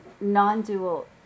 non-dual